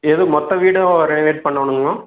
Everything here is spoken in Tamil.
எது மொத்த வீடும் ரெனவேட் பண்ணனுமா